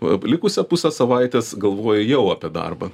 o likusią pusę savaitės galvoji jau apie darbą